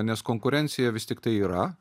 nes konkurencija vis tik tai yra